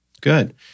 Good